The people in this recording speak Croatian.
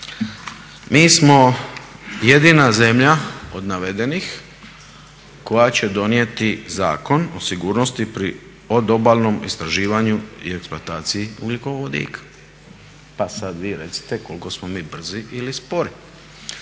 Mi smo jedina zemlja od navedenih koja će donijeti Zakon o sigurnosti pri odobalnom istraživanju i eksploataciji ugljikovodika pa sad vi recite koliko smo mi brzi ili spori.